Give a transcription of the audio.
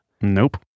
Nope